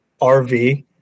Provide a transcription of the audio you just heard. RV